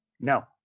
No